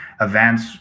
events